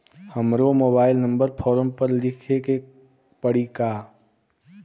हमरो mobile number form पर लिखे के पड़ी का?